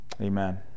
Amen